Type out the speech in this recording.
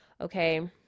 Okay